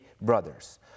brothers